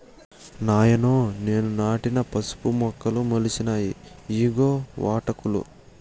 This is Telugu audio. నాయనో నేను నాటిన పసుపు మొక్కలు మొలిచినాయి ఇయ్యిగో వాటాకులు